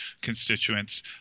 constituents